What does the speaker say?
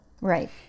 right